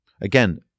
Again